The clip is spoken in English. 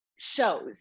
shows